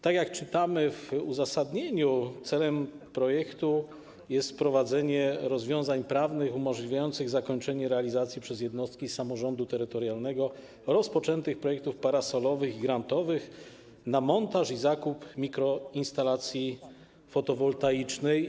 Tak jak czytamy w uzasadnieniu, celem projektu jest wprowadzenie rozwiązań prawnych umożliwiających zakończenie realizacji przez jednostki samorządu terytorialnego rozpoczętych projektów parasolowych i grantowych na montaż i zakup mikroinstalacji fotowoltaicznej.